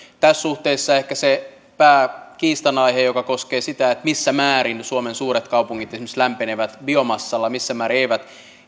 tässä suhteessa ehkä se pääkiistanaihe koskee sitä missä määrin suomen suuret kaupungit esimerkiksi lämpenevät biomassalla missä määrin eivät